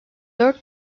dört